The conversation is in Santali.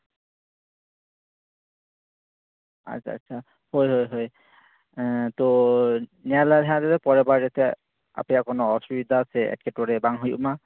ᱟᱪᱪᱷᱟ ᱟᱪᱪᱷᱟ ᱦᱳᱭ ᱦᱳᱭ ᱧᱮᱞᱟᱞᱮ ᱦᱟᱸᱜ ᱯᱚᱨᱮᱨ ᱵᱟᱨ ᱨᱮ ᱟᱯᱮᱭᱟᱜ ᱠᱚᱱᱚ ᱚᱥᱩᱵᱤᱛᱟ ᱥᱮ ᱮᱴᱠᱮᱴᱚᱬᱮ ᱵᱟᱝ ᱦᱩᱭᱩᱜᱼᱢᱟ